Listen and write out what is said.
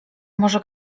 może